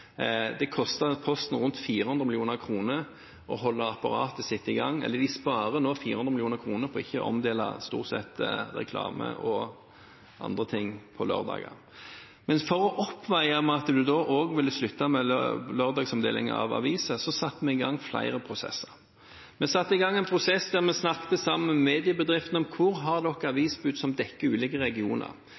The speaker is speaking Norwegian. Posten sparer nå 400 mill. kr på ikke å omdele det som stort sett er reklame og andre ting, på lørdager. Men for å oppveie for at man da også ville slutte med lørdagsomdeling av aviser, satte vi i gang flere prosesser. Vi satte i gang en prosess der vi snakket med mediebedriftene om hvor de har avisbud som dekker ulike regioner.